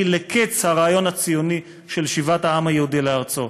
לקץ הרעיון הציוני של שיבת העם היהודי לארצו.